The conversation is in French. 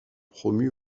promu